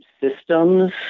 systems